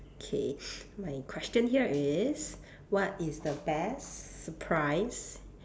K my question here is what is the best surprise